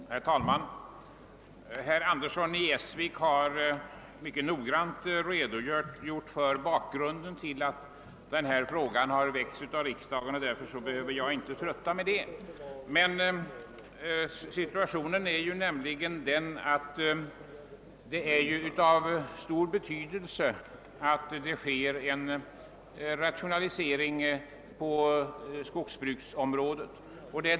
Herr talman! Herr Andersson i Essvik har mycket noggrant redogjort för bakgrunden till att denna fråga förts fram till riksdagen, varför jag inte behöver trötta kammarens ledamöter med den saken. Det är av stor betydelse att en rationalisering sker på skogsbruksområdet.